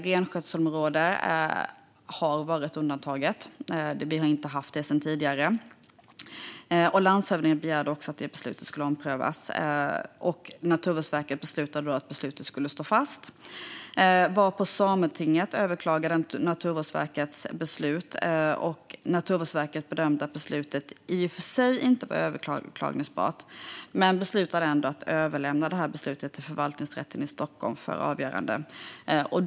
Renskötselområdet har tidigare varit undantaget, och landshövdingen begärde också att det beslutet skulle omprövas. Naturvårdsverket beslutade då att beslutet skulle stå fast, varpå Sametinget överklagade det beslutet. Naturvårdsverket bedömde att beslutet i och för sig inte var överklagbart men valde ändå att överlämna det till Förvaltningsrätten i Stockholm för avgörande.